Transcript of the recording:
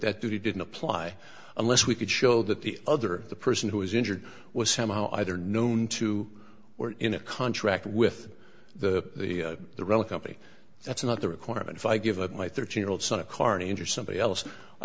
that that duty didn't apply unless we could show that the other person who was injured was somehow either known to or in a contract with the the relic company that's not the requirement if i give up my thirteen year old son a carny injure somebody else i